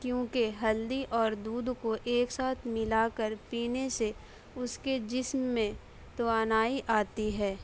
کیونکہ ہلدی اور دودھ کو ایک ساتھ ملا کر پینے سے اس کے جسم میں توانائی آتی ہے